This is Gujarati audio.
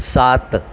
સાત